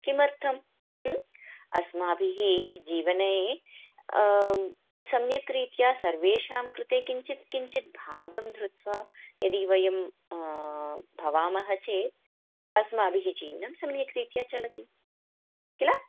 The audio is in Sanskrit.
किमर्थं अस्माभिः जीवने सम्यक्रीत्या सर्वेषां कृते किञ्चित् किञ्चित् भागं धृत्वा यदि वयं भवामः चेत् अस्माभिः जीवनं सम्यक्रीत्या चलति किल